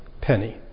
penny